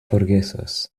forgesos